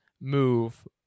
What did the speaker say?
move